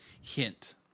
hint